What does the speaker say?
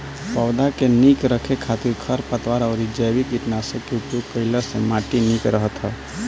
पौधा के निक रखे खातिर खरपतवार अउरी जैविक कीटनाशक के उपयोग कईला से माटी निक रहत ह